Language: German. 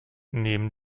neben